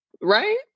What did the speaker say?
Right